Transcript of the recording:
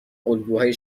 الگوهای